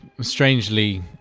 strangely